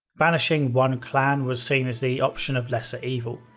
banishing one clan was seen as the option of lesser evil.